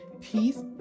peace